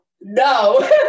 no